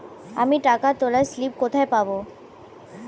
আমি টাকা তোলার স্লিপ কোথায় পাবো?